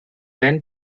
then